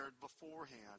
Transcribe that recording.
beforehand